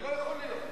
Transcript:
זה לא יכול להיות.